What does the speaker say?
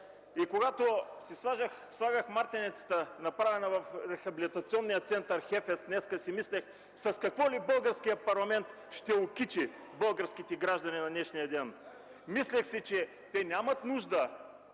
Когато днес си слагах мартеницата, направена в Рехабилитационен център „Хефес”, си мислих с какво ли българският парламент ще окичи българските граждани на днешния ден. Мислих си, че те нямат нужда